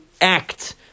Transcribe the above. act